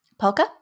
Polka